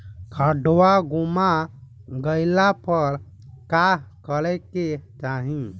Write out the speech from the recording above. काडवा गुमा गइला पर का करेके चाहीं?